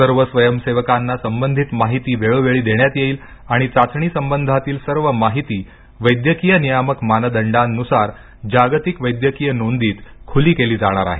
सर्व स्वयंसेवकांना संबंधित माहिती वेळोवेळी देण्यात येईल आणि चाचणी संबंधातील सर्व माहिती वैद्यकीय नियामक मानदंडांनुसार जागतिक वैद्यकीय नोंदीत खुली केली जाणार आहे